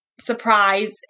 surprise